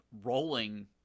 rolling